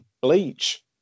bleach